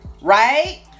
Right